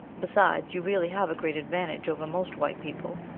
besides, you really have a great advantage over most white people,